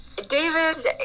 David